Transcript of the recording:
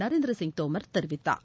நரேந்திர சிங் தோமர் தெரிவித்தார்